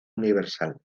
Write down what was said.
universal